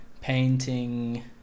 painting